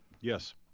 yes